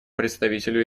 представителю